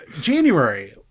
january